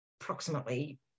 approximately